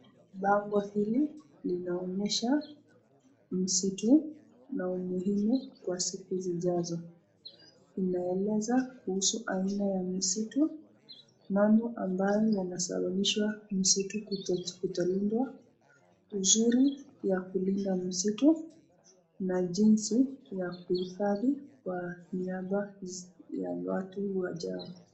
Bango hili linaonyesha misitu na umuhimu kwa siku zijazo. Inaeleza kuhusu aina ya misitu, mambo ambayo yanasababishwa misitu kutolindwa, uzuri ya kulinda misitu na jinsi ya kuhifadhi kwa niaba ya watu wajao.